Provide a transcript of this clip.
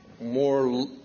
more